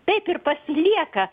taip ir pasilieka